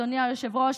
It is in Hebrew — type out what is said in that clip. אדוני היושב-ראש,